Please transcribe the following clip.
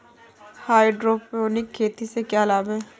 Hydroponic खेती से क्या लाभ हैं?